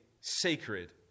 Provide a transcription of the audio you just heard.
sacred